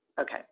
Okay